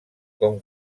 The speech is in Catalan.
com